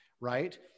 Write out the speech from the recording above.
right